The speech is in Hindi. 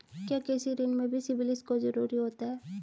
क्या कृषि ऋण में भी सिबिल स्कोर जरूरी होता है?